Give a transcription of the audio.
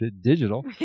digital